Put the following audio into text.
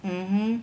mmhmm